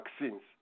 vaccines